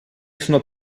sono